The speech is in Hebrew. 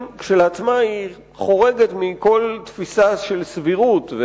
כשלעצמה היא חורגת מכל תפיסה של סבירות.